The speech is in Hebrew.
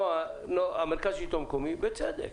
מרכז השלטון המקומי, בצדק,